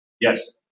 Yes